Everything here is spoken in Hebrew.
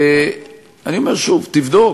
אני אומר שוב, תבדוק.